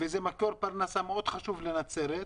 זה מקור פרנסה מאוד חשוב לנצרת.